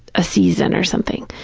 a season or something.